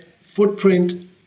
footprint